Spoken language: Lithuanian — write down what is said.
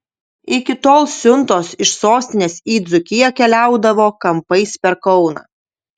iki tol siuntos iš sostinės į dzūkiją keliaudavo kampais per kauną